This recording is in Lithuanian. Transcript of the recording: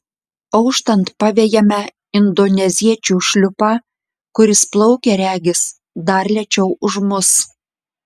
auštant pavejame indoneziečių šliupą kuris plaukia regis dar lėčiau už mus